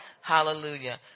Hallelujah